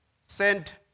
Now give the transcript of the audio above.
sent